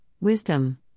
wisdom